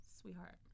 Sweetheart